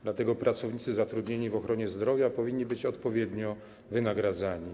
Dlatego pracownicy zatrudnieni w ochronie zdrowia powinni być odpowiednio wynagradzani.